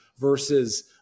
versus